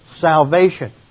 salvation